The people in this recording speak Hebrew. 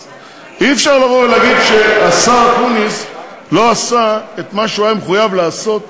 אז אי-אפשר לבוא ולהגיד שהשר אקוניס לא עשה את מה שהוא היה מחויב לעשות,